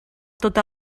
tota